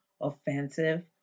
offensive